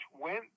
went